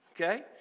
okay